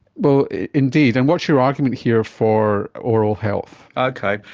but indeed. and what's your argument here for oral health? okay,